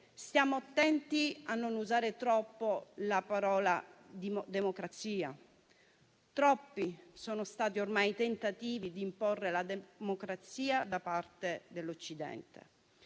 Stiamo attenti a non usare troppo la parola "democrazia". Troppi sono stati ormai i tentativi di imporre la democrazia da parte dell'Occidente